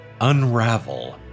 unravel